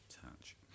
touch